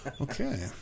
Okay